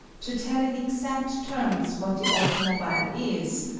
to tell in exact terms what the automobile is,